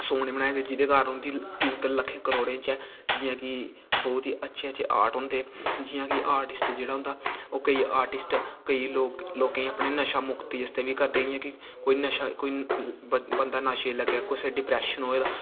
सोहनी बनाई दी जेह्दे कारण ओह्दी कीमत लक्खें करोड़ें च ऐ जियां की बहोत ई अच्छे अच्छे आर्ट होंदे जियां की आर्टिस्ट जेह्ड़ा होंदा ओह् केईं आर्टिस्ट केईं लोगें ई नशा मुक्ति आस्तै निं करदे की ओह् नशा कोई बंदा नशा कुसै गी डिप्रेशन होऐ ते